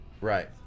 Right